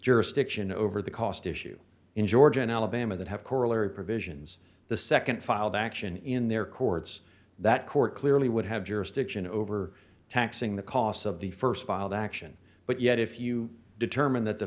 jurisdiction over the cost issue in georgia and alabama that have corollary provisions the nd filed action in their courts that court clearly would have jurisdiction over taxing the costs of the st filed action but yet if you determine that the